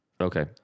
Okay